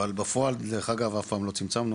אבל בפועל דרך אגב אף פעם לא צמצמנו,